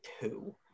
two